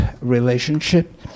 relationship